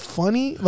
funny